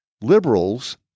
liberals